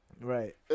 Right